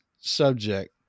subject